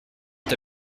est